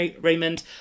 Raymond